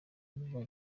biba